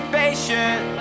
patient